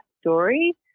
story